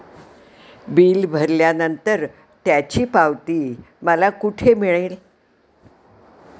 Bill भरल्यानंतर त्याची पावती मला कुठे मिळेल?